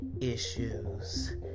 issues